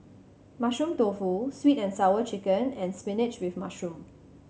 Mushroom Tofu Sweet And Sour Chicken and spinach with mushroom